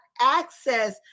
access